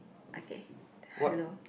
okay hello